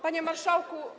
Panie Marszałku!